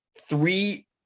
three